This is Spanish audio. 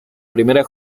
primera